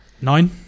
Nine